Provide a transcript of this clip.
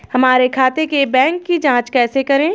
हमारे खाते के बैंक की जाँच कैसे करें?